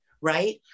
right